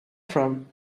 from